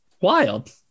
Wild